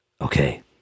okay